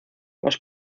los